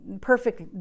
perfect